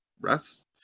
rest